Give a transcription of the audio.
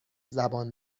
زبان